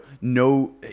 no